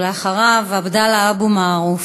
ואחריו, עבדאללה אבו מערוף.